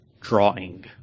drawing